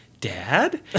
Dad